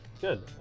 good